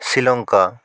Sri Lanka